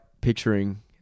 picturing